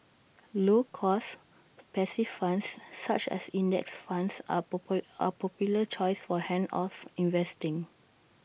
low cost passive funds such as index funds are popular are popular choice for hands off investing